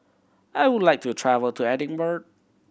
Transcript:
I would like to travel to Edinburgh